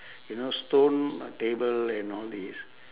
you know stone table and all these